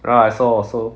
ya I saw also